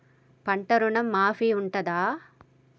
పంట ఋణం మాఫీ ఉంటదా?